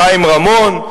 חיים רמון.